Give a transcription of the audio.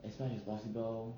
as much as possible